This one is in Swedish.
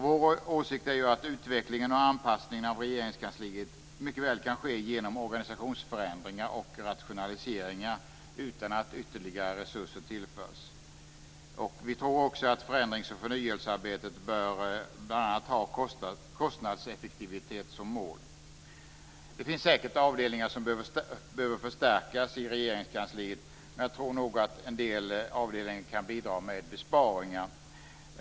Vår åsikt är att utvecklingen och anpassningen av Regeringskansliet mycket väl kan ske genom organisationsförändringar och rationaliseringar utan att ytterligare resurser tillförs. Vi tror också att förändrings och förnyelsearbetet bl.a. bör ha kostnadseffektivitet som mål. Det finns säkert avdelningar som behöver förstärkas i Regeringskansliet. Men jag tror nog att en del avdelningar kan bidra med besparingar.